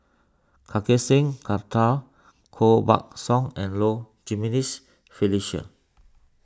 Kartar Singh Thakral Koh Buck Song and Low Jimenez Felicia